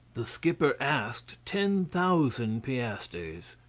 the skipper asked ten thousand piastres.